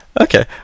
Okay